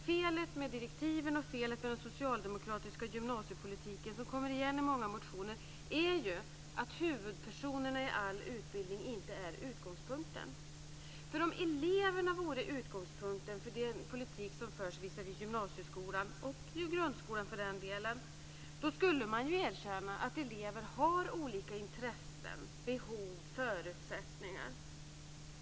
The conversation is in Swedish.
Felet med direktiven och felet med den socialdemokratiska gymnasiepolitiken som återfinns i många motioner är att huvudpersonerna i all utbildning inte är utgångspunkten. Om eleverna vore utgångspunkten för den politik som förs visavi gymnasieskolan - och för den delen också för grundskolan - skulle man ju erkänna att elever har olika intressen, behov och förutsättningar.